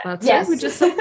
Yes